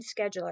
scheduler